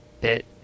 bit